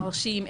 מרשים,